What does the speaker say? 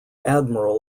admiral